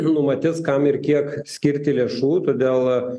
numatys kam ir kiek skirti lėšų todėl